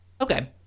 Okay